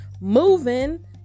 moving